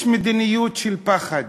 יש מדיניות של פחד